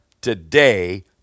today